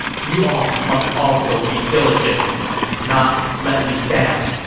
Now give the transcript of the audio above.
you all must also be diligent and not let me down.